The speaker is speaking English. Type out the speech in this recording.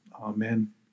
Amen